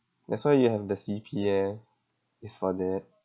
that's why you have the C_P_F is for that